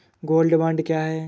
Gold bond क्या है?